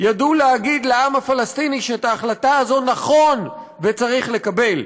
ידעו להגיד לעם הפלסטיני שאת ההחלטה הזאת נכון וצריך לקבל.